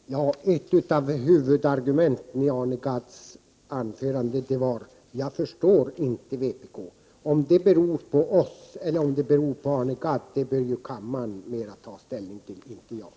Försäkringamaklare Herr talman! Ett av huvudargumenten i Arne Gadds anförande var: ”Jag förstår inte vpk.” Om det beror på oss eller om det beror på Arne Gadd bör kammaren ta ställning till, inte jag.